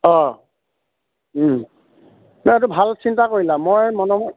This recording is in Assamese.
অঁ নহয় এইটো ভাল চিন্তা কৰিলা মই মনে